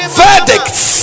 verdicts